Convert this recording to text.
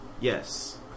Yes